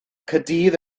caerdydd